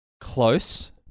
Close